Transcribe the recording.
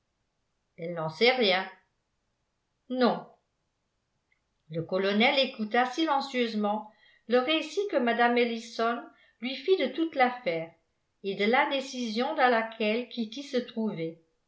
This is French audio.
elle n'en sait rien non le colonel écouta silencieusement le récit que mme ellison lui fit de toute l'affaire et de l'indécision dans laquelle kitty se trouvait